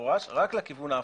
במפורש רק לכיוון ההפוך.